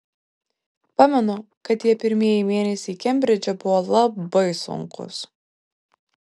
pamenu kad tie pirmieji mėnesiai kembridže buvo labai sunkūs